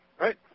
right